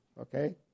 okay